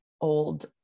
old